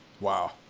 Wow